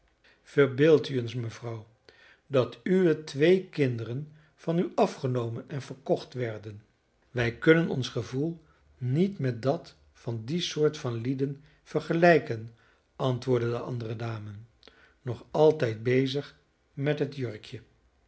u eens mevrouw dat uwe twee kinderen van u afgenomen en verkocht werden wij kunnen ons gevoel niet met dat van die soort van lieden vergelijken antwoordde de andere dame nog altijd bezig met het jurkje